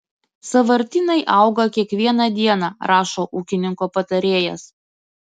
sąvartynai auga kiekvieną dieną rašo ūkininko patarėjas